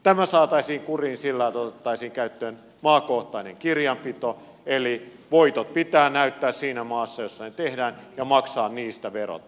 tämä saataisiin kuriin sillä että otettaisiin käyttöön maakohtainen kirjanpito eli voitot pitää näyttää siinä maassa jossa ne tehdään ja maksaa niistä verot